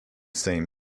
same